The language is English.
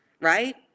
right